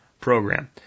Program